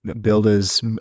builders